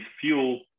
fuel